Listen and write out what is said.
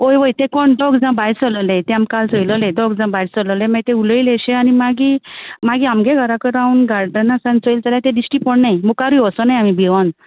हय वोय ते कोण दोग जा भायर सोल्लले तें आम काल चोयलोलें दोग जाण भायर सोल्लले माय ते उलोयलेशे आनी मागी मागी आमगे घराको रावण घालताना सान चोयल जाल्या ते दिश्टी पोण्णाय मुकारूय वोसोनाय आमी भिवोन